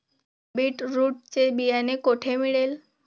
Beetroot चे बियाणे कोठे मिळेल?